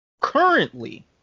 Currently